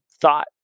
thought